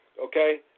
Okay